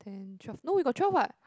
and twelve no we got twelve what